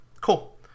Cool